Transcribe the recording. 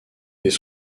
dès